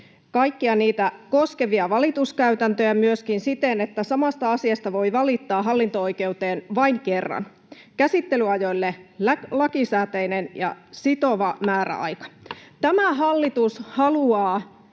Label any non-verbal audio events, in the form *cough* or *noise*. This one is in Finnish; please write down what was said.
kaikkia niitä koskevia valituskäytäntöjä myöskin siten, että samasta asiasta voi valittaa hallinto-oikeuteen vain kerran. On käsittelyajoille lakisääteinen ja sitova määräaika. *noise*